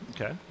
Okay